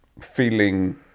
feeling